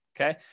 Okay